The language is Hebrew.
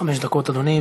חמש דקות, אדוני.